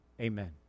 amen